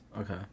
Okay